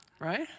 right